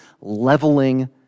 leveling